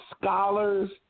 scholars